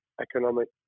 economic